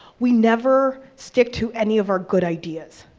we never stick to any of our good ideas.